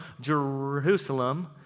Jerusalem